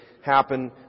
happen